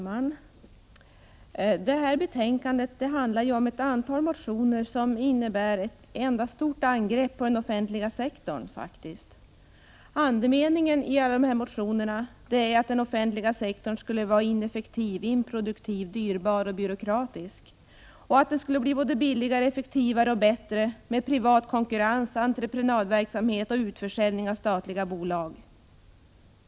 Fru talman! Detta betänkande handlar om ett antal motioner som innebär ett enda stort angrepp på den offentliga sektorn. Andemeningen i dessa motioner är att den offentliga sektorn skulle vara ineffektiv, improduktiv, dyrbar och byråkratisk och att det skulle bli både billigare, effektivare och bättre med privat konkurrens, entreprenadverksamhet och utförsäljning av statliga bolag.